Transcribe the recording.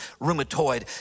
rheumatoid